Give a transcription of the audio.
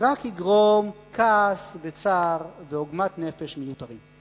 רק יגרום כעס וצער ועוגמת נפש מיותרים.